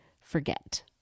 forget